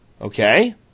okay